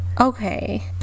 Okay